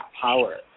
power